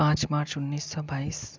पाँच मार्च उन्नीस सौ बाईस